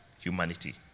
humanity